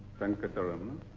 venkataraman.